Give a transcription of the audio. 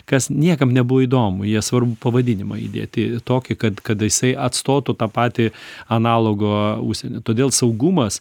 kas niekam nebuvo įdomu jie svarbu pavadinimą įdėti tokį kad kad jisai atstotų tą patį analogo užsieny todėl saugumas